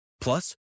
Plus